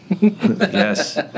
Yes